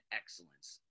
excellence